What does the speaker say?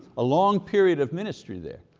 a long period of ministry there.